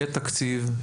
יהיה תקציב,